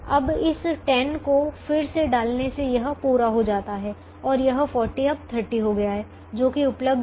अब इस 10 को फिर से डालने से यह पूरा हो जाता है और यह 40 अब 30 हो गया है जो कि उपलब्ध है